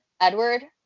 Edward